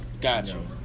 Gotcha